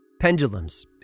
Pendulums